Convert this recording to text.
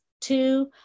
two